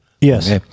Yes